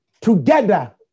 together